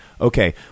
Okay